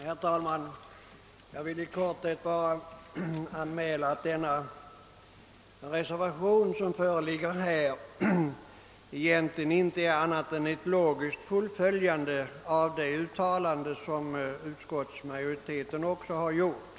Herr talman! Jag vill i korthet bara anmäla att den reservation som föreligger egentligen inte innebär annat än ett logiskt fullföljande av det uttalande som utskottsmajoriteten också har gjort.